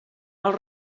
els